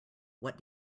what